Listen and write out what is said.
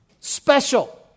special